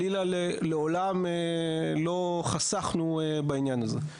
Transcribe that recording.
לעולם לא חסכנו בעניין הזה.